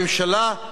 כמו הקודמת,